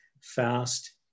fast